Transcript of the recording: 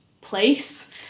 place